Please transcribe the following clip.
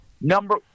Number